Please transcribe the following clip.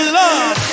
love